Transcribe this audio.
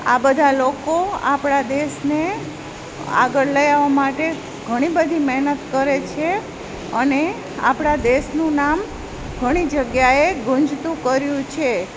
આ બધાં લોકો આપણા દેશને આગળ લઈ આવા માટે ઘણી બધી મહેનત કરે છે અને આપણા દેશનું નામ ઘણી જગ્યાએ ગુંજતું કર્યું છે